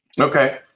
Okay